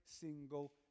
single